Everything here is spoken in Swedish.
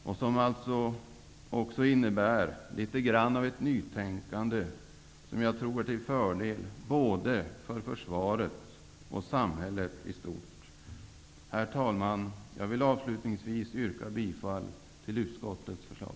Beslutet kommer också att innebära litet grand av ett nytänkande, som jag tror är till fördel både för försvaret och för samhället i stort. Herr talman! Jag vill avslutningsvis yrka bifall till utskottets förslag.